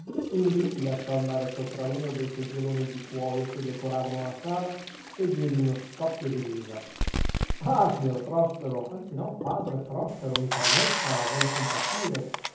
indi si lasciò andare sopra uno dei seggioloni di cuoio che decoravano la sala e diede in uno scoppio di risa ah signor prospero anzi no padre prospero mi permetta voglia compatire